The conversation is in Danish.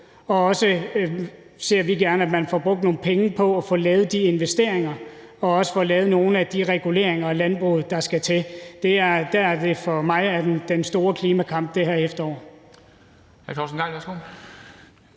og vi ser også gerne, at man får brugt nogle penge på at få lavet de investeringer og også får lavet nogle af de reguleringer af landbruget, der skal til. Det er der, den store klimakamp er for